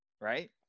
right